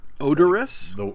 Odorous